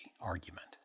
argument